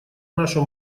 нашу